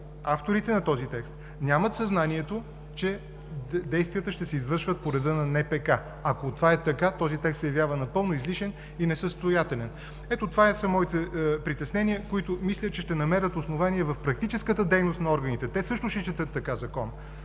авторите на този текст нямат съзнанието, че действията ще се извършват по реда на НПК. Ако това е така, този текст се явява напълно излишен и несъстоятелен. Ето това са моите притеснения, които мисля, че ще намерят основание в практическата дейност на органите. Те също ще четат така Закона,